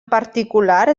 particular